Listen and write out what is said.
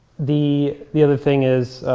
the the other thing is,